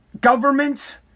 government